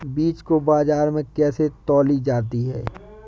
बीज को बाजार में कैसे तौली जाती है?